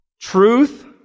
Truth